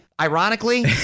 ironically